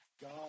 God